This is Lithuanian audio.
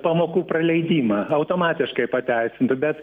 pamokų praleidimą automatiškai pateisintų bet